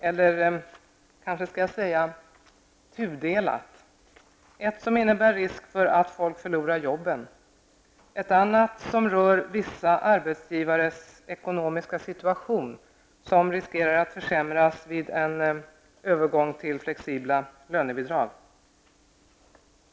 Å ena sidan innebär det risk för att människor förlorar jobben, å andra sidan rör det vissa arbetsgivares ekonomiska situation, vilken riskerar att försämras vid övergång till flexibla lönebidrag.